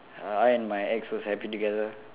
uh I and my ex was happy together